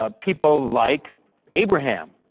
ah people like abraham,